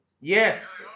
Yes